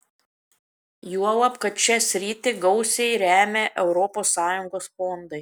juolab kad šią sritį gausiai remia europos sąjungos fondai